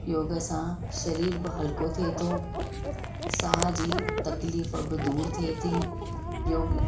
योगा सां शरीर ब हलिको थिए थो साह जी तकलीफ़ ब दूरि थिए थी योग